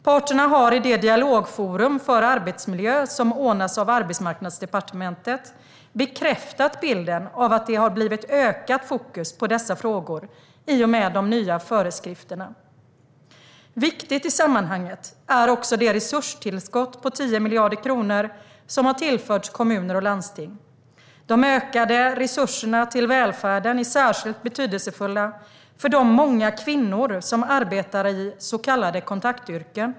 Parterna har i det dialogforum för arbetsmiljö som ordnas av Arbetsmarknadsdepartementet bekräftat bilden av att det har blivit ökat fokus på dessa frågor i och med de nya föreskrifterna. Viktigt i sammanhanget är också det resurstillskott på 10 miljarder kronor som har tillförts kommuner och landsting. De ökade resurserna till välfärden är särskilt betydelsefulla för de många kvinnor som arbetar i så kallade kontaktyrken.